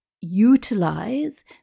utilize